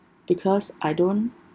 because I don't